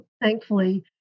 thankfully